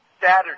Saturday